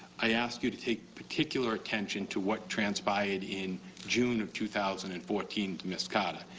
i ask you to take particular attention to what transpired in june of two thousand and fourteen to ms. carter.